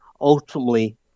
ultimately